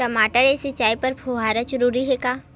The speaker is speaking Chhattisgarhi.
टमाटर के सिंचाई बर फव्वारा जरूरी हे का?